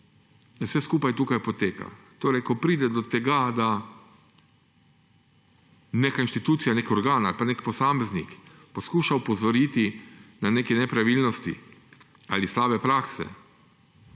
vse skupaj tukaj poteka. Torej ko pride do tega, da neka inštitucija, nek organ ali pa nek posameznik poskuša opozoriti na neke nepravilnosti ali slabe prakse,